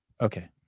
Okay